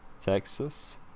Texas